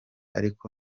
ariko